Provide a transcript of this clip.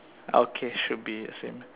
okay should be the same